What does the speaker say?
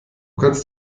kannst